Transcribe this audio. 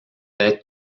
être